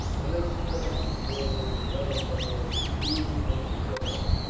let us strike before they recover from their confusion and surprise.